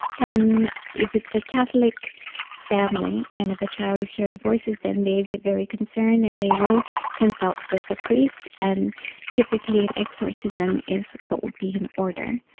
and if it's a catholic family and if a child is hearing voices, then they get very concerned and they will consult with the priest, and typically an exorcism is what would be in order.